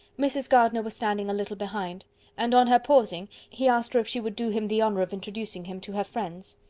mrs. gardiner was standing a little behind and on her pausing, he asked her if she would do him the honour of introducing him to her friends.